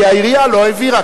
כי העירייה לא העבירה,